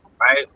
right